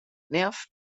nervt